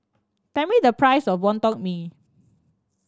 tell me the price of Wonton Mee